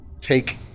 take